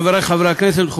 חברי חברי הכנסת,